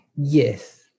Yes